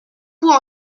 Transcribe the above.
vous